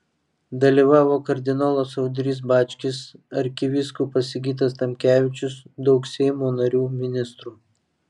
dalyvavo kardinolas audrys bačkis arkivyskupas sigitas tamkevičius daug seimo narių ministrų